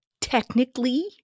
technically